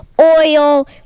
Oil